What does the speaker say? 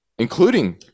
including